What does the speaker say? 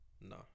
No